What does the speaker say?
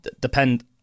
depend